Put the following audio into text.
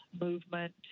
movement